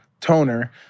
toner